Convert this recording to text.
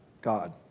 God